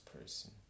person